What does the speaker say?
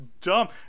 dumb